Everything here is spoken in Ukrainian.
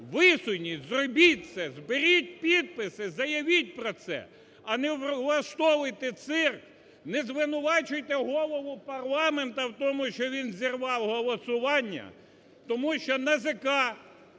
висуньте, зробіть це, зберіть підписи, заявіть про це, але не влаштовуйте цирк, не звинувачуйте Голову парламенту в тому, що він зірвав голосування, тому що НАЗК